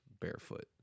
barefoot